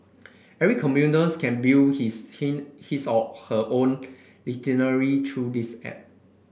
every commuter can build his his or her own itinerary through this app